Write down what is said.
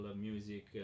music